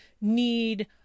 need